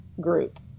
group